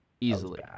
Easily